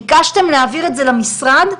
ביקשתם להעביר את זה למשרד.